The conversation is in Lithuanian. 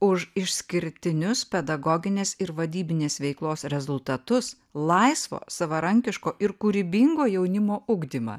už išskirtinius pedagoginės ir vadybinės veiklos rezultatus laisvo savarankiško ir kūrybingo jaunimo ugdymą